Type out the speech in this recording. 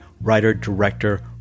writer-director